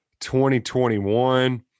2021